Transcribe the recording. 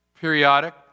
periodic